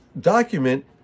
document